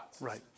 Right